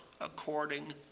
according